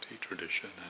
tradition